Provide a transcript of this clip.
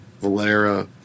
Valera